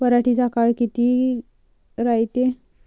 पराटीचा काळ किती रायते?